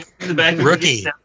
rookie